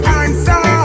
answer